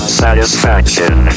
satisfaction